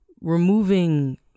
removing